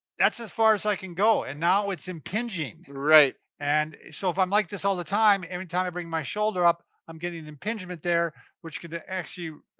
that's as far as i can go. and now it's impinging. and and so, if i'm like this all the time, every time i bring my shoulder up, i'm getting an impingement there which can actually,